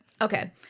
Okay